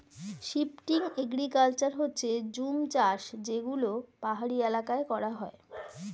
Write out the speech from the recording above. shifting agriculture হচ্ছে জুম চাষ যেগুলো পাহাড়ি এলাকায় করা হয়